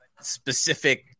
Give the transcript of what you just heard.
specific